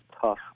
tough